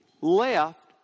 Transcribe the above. left